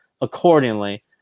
accordingly